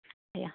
ꯑꯌꯥ